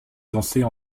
danser